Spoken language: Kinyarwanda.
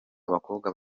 abakobwa